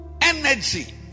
energy